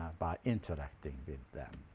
by interacting with them.